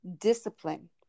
discipline